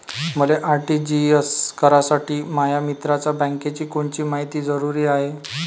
मले आर.टी.जी.एस करासाठी माया मित्राच्या बँकेची कोनची मायती जरुरी हाय?